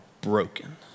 broken